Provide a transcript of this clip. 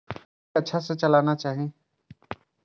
Loan के अच्छा से चलाना चाहि?